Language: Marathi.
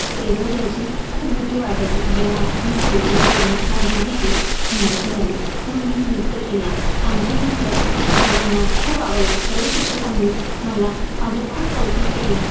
स्टेजवर जायची खूप भीती वाटायची जेव्हा मी स्टेजवर गेली माझी भीती नाहीशी झाली व मी नृत्य केला आमच्या नृत्य सर्वांना खूप आवडला सर्व शिक्षकांनी मला माझे खूप कौतुक केले